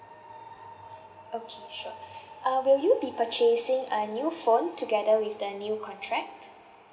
okay sure uh will you be purchasing a new phone together with the new contract